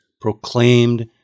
proclaimed